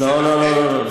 לא שטח A. לא לא לא,